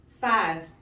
five